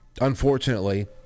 Unfortunately